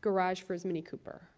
garage for his mini cooper.